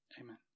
Amen